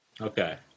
Okay